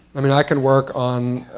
i mean, i can work on